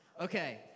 Okay